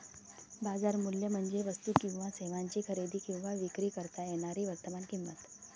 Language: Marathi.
बाजार मूल्य म्हणजे वस्तू किंवा सेवांची खरेदी किंवा विक्री करता येणारी वर्तमान किंमत